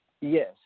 Yes